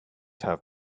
have